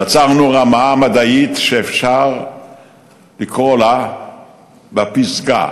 יצרנו רמה מדעית שאפשר לקרוא לה בפסגה,